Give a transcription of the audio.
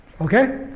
Okay